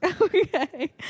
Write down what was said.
okay